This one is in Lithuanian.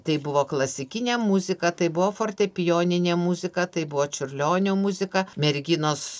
tai buvo klasikinė muzika tai buvo fortepijoninė muzika tai buvo čiurlionio muzika merginos